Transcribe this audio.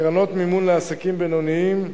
קרנות מימון לעסקים בינוניים,